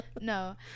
No